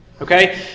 Okay